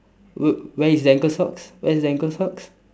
w~ where is the ankle socks where is the ankle socks